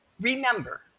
remember